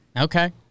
Okay